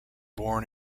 born